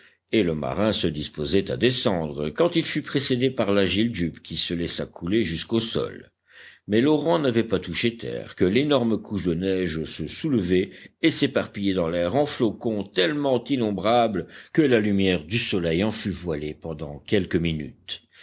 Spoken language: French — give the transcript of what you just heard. et le marin se disposait à descendre quand il fut précédé par l'agile jup qui se laissa couler jusqu'au sol mais l'orang n'avait pas touché terre que l'énorme couche de neige se soulevait et s'éparpillait dans l'air en flocons tellement innombrables que la lumière du soleil en fut voilée pendant quelques minutes